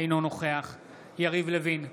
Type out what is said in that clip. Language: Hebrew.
אינו נוכח יריב לוין,